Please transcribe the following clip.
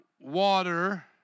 water